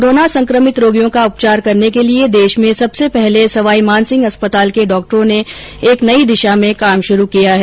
corona संक्रमित रोगियों का उपचार करने के लिए देश में सबसे पहले सवाई मानसिंह अस्पताल के डॉक्टरों ने एक नई दिशा में काम शुरू किया है